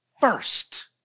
first